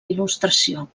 il·lustració